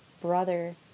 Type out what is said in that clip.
brother